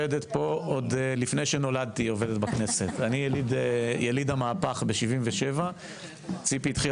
הפעם זו ישיבת ועדה מיוחדת שאנחנו כינסנו לכבוד פרישתה של ציפי היקרה